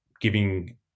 giving